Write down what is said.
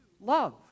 love